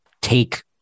take